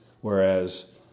Whereas